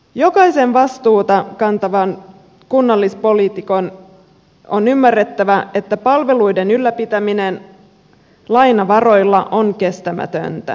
jokaisen vastuuta kantavan kunnallispoliitikon on ymmärrettävä että palveluiden ylläpitäminen lainavaroilla on kestämätöntä